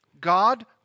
God